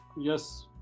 yes